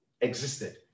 existed